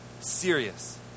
Serious